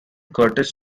curtis